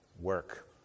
work